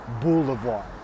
boulevard